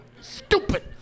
stupid